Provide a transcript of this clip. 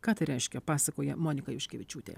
ką tai reiškia pasakoja monika juškevičiūtė